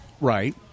Right